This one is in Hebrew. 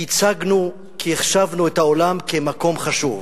כי החשבנו את העולם כמקום חשוב.